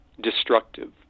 destructive